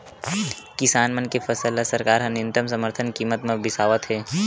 किसान मन के फसल ल सरकार ह न्यूनतम समरथन कीमत म बिसावत हे